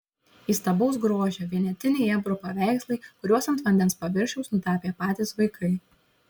įstabaus grožio vienetiniai ebru paveikslai kuriuos ant vandens paviršiaus nutapė patys vaikai